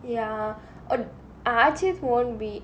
ya